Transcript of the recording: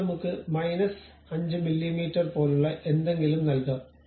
ഇപ്പോൾ നമുക്ക് minus 5 millimetre പോലുള്ള എന്തെങ്കിലും നൽകാം